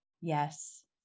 Yes